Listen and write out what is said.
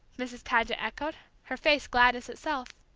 mrs. paget echoed, her face gladness itself.